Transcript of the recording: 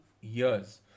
years